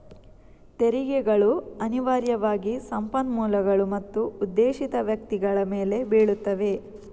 ತೆರಿಗೆಗಳು ಅನಿವಾರ್ಯವಾಗಿ ಸಂಪನ್ಮೂಲಗಳು ಮತ್ತು ಉದ್ದೇಶಿತ ವ್ಯಕ್ತಿಗಳ ಮೇಲೆ ಬೀಳುತ್ತವೆ